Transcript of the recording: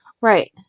Right